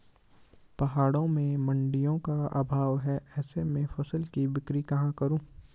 पहाड़ों में मडिंयों का अभाव है ऐसे में फसल की बिक्री कहाँ करूँ?